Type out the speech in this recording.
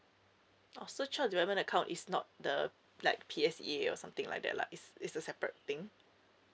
oh so child development account is not the like P_S_A or something like that lah it it's a separate thing